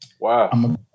Wow